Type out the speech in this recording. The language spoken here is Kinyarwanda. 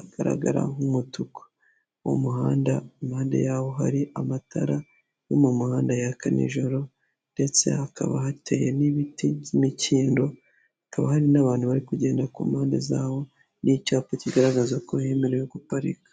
agaragara nk'umutuku mu muhanda impande yaho hari amatara yo mu muhanda yaka nijoro ndetse hakaba hateye n'ibiti by'imikindo hakaba hari n'abantu bari kugenda ku mpande yaho hari n'icyapa kigaragaza ko yemerewe guparika.